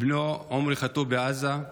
בנו עמרי חטוף בעזה.